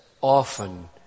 often